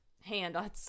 hand